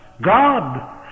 God